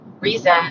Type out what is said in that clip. reason